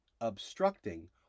obstructing